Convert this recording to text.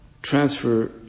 Transfer